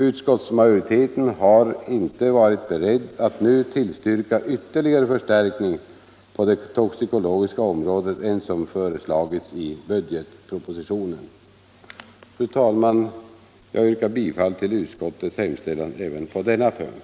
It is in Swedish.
Utskottsmajoriteten har inte varit beredd att nu tillstyrka ytterligare förstärkning på det toxikologiska området än som föreslagits i budgetpropositionen. Fru talman! Jag yrkar bifall till utskottets hemställan på denna punkt.